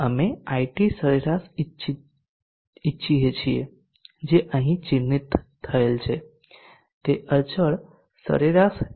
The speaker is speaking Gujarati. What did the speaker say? અમે IT સરેરાશ ઇચ્છીએ છીએ જે અહીં ચિહ્નિત થયેલ છે તે અચળ સરેરાશ ડી